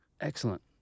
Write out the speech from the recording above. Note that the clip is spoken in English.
Excellent